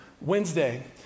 Wednesday